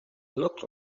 look